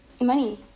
money